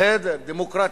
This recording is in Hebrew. בסדר, דמוקרטיה,